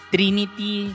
Trinity